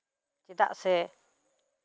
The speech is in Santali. ᱪᱮᱫᱟᱜ ᱥᱮ